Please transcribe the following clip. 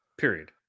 period